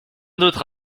d’autre